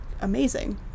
amazing